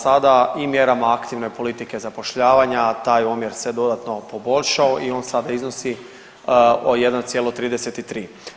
Sada i mjerama aktivne politike zapošljavanja taj omjer se dodatno poboljšao i on sada iznosi 1,33.